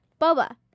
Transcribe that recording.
Boba